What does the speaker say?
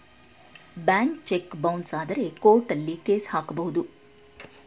bank cheque bounce ಆದ್ರೆ ಕೋರ್ಟಲ್ಲಿ case ಹಾಕಬಹುದು